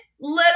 little